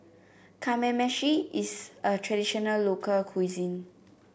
Kamameshi is a traditional local cuisine